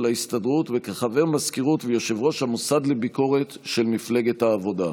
ההסתדרות וכחבר מזכירות ויושב-ראש המוסד לביקורת של מפלגת העבודה.